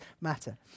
matter